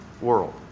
world